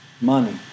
Money